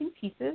Pieces